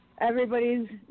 Everybody's